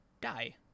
die